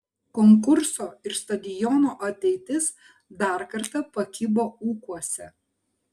konkurso ir stadiono ateitis dar kartą pakibo ūkuose